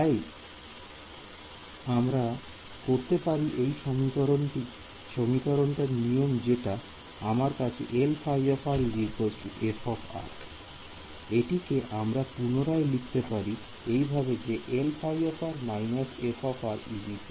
তাই আমরা করতে পারি এই সমীকরণটা নিয়ম যেটা আমার আছে Lϕ f এটিকে আমরা পুনরায় লিখতে পারি এইভাবে Lϕ − f 0